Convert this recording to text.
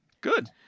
Good